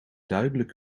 duidelijk